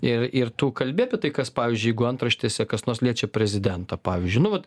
ir ir tu kalbi apie tai kas pavyzdžiui jeigu antraštėse kas nors liečia prezidentą pavyzdžiui nu vat